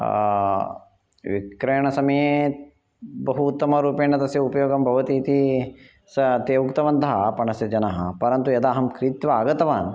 विक्रयणसमये बहु उत्तमरूपेण तस्य उपयोगं भवति इति ते उक्तवन्तः आपणस्य जनः परन्तु अहं क्रीत्वा आगतवान्